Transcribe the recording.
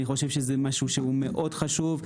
אני חושב שזה משהו שהוא מאוד חשוב,